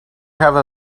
have